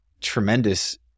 tremendous